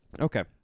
Okay